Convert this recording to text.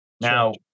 Now